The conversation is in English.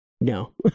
no